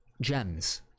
gems